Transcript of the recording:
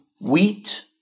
wheat